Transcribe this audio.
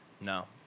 No